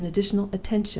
as an additional attention,